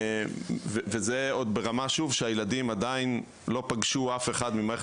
וזה ברמה שהילדים עדיין לא פגשו אף אחד ממערכת